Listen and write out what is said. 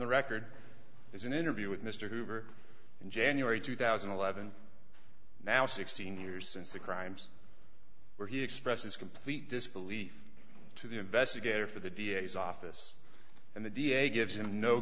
the record is an interview with mr hoover in january two thousand and eleven now sixteen years since the crimes where he expresses complete disbelief to the investigator for the d a s office and the da gives him no